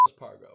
Pargo